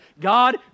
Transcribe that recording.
God